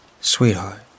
Sweetheart